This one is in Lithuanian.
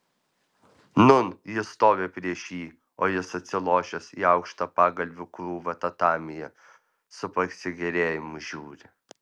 nūn ji stovi prieš jį o jis atsilošęs į aukštą pagalvių krūvą tatamyje su pasigėrėjimu žiūri